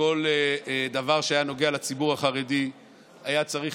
שכל דבר שהיה נוגע לציבור החרדי היה צריך